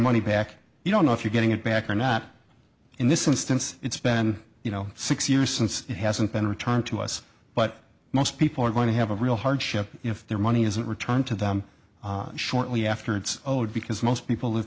money back you don't know if you're getting it back or not in this instance it's been you know six years since it hasn't been returned to us but most people are going to have a real hardship if their money isn't returned to them shortly after it's owed because most people live